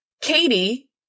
Katie